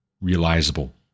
realizable